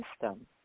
system